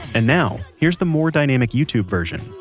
and now, here's the more dynamic youtube version